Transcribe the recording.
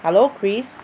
hello Chris